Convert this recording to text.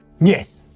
Yes